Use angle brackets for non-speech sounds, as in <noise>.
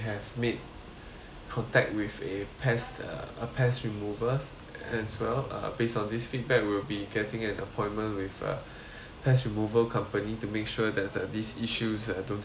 contact with a pest uh a pest removals as well uh based on these feedback will be getting an appointment with a <breath> pest removal company to make sure that uh these issues uh don't happen in the hotel again